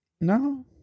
No